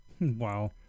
Wow